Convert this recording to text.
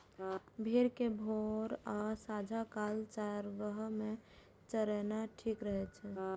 भेड़ कें भोर आ सांझ काल चारागाह मे चरेनाय ठीक रहै छै